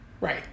Right